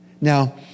Now